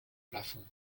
plafonds